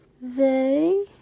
They-